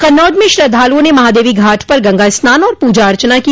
कन्नौज में श्रद्धालुओं ने महादेवी घाट पर गंगा स्नान और पूजा अर्चना की